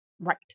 Right